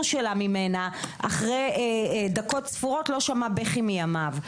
ממנה אחרי דקות ספורות לא שמע בכי מימיו.